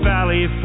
Valley